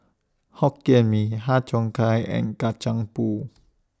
Hokkien Mee Har Cheong Gai and Kacang Pool